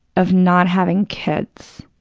of not having kids,